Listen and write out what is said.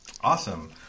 Awesome